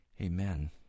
Amen